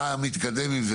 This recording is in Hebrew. מה מתקדם עם זה?